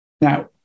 Now